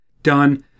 done